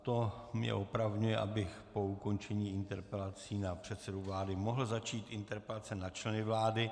To mě opravňuje, abych po ukončení interpelací na předsedu vlády mohl začít interpelacemi na členy vlády.